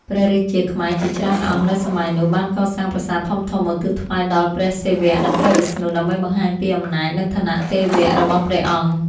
ព្រះរាជាខ្មែរជាច្រើនអង្គនៅសម័យនោះ បានកសាងប្រាសាទធំៗឧទ្ទិសថ្វាយដល់ព្រះសិវៈ និងព្រះវិស្ណុ ដើម្បីបង្ហាញពីអំណាច និងឋានៈទេវៈរបស់ព្រះអង្គ។